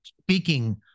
speaking